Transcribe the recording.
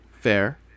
Fair